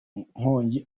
nkongi